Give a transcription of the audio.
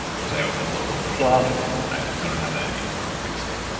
because i always had low blood pressure wow and i i don't have that anymore, i fixed it.